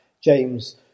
James